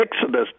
exodus